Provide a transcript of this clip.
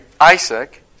Isaac